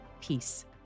Peace